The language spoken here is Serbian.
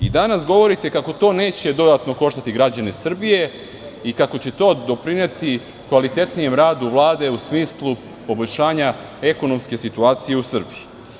Danas govorite kako to neće dodatno koštati građane Srbije i kako će to doprineti kvalitetnijem radu Vlade u smislu poboljšanja ekonomske situacije u Srbiji.